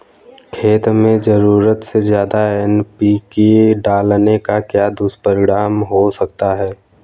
खेत में ज़रूरत से ज्यादा एन.पी.के डालने का क्या दुष्परिणाम हो सकता है?